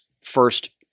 first